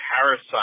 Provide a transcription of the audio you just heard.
Parasite